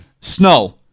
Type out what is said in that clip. Snow